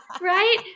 right